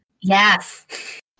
Yes